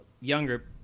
younger